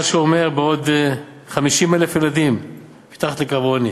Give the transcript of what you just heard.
מה שאומר עוד 50,000 ילדים מתחת לקו העוני.